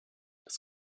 das